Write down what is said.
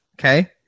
Okay